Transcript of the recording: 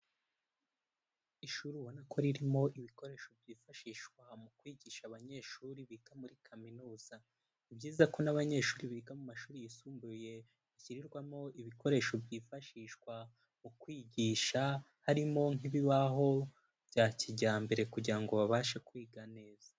Ishuri ubona ko ririmo ibikoresho byifashishwa mu kwigisha abanyeshuri biga muri kaminuza, ni byiza ko n'abanyeshuri biga mu mashuri yisumbuye bashyirirwamo ibikoresho byifashishwa mu kwigisha, harimo nk'ibibaho bya kijyambere kugira ngo babashe kwiga neza.